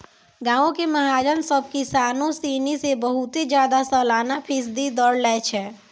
गांवो के महाजन सभ किसानो सिनी से बहुते ज्यादा सलाना फीसदी दर लै छै